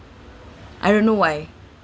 I don't know why